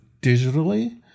digitally